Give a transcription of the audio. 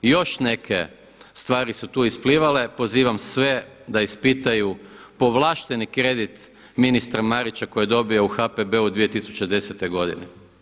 Još neke stvari su tu isplivale, pozivam sve da ispitaju povlašteni kredit ministra Marića koji je dobio u HPB-u 2010. godine.